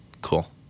cool